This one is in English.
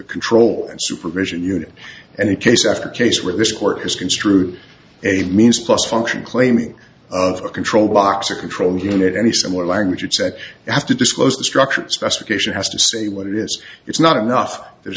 control and supervision unit and the case after case where this court has construed a means plus function claiming of a control box or control unit any similar language and said you have to disclose the structure specification has to say what it is it's not enough there